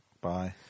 bye